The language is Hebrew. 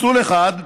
מסלול אחד,